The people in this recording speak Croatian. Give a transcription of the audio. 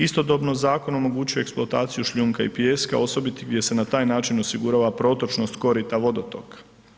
Istodobno zakon omogućuje eksploataciju šljunka i pijeska osobito jer se na taj način osigurava protočnost korita vodotoka.